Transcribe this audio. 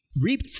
Reap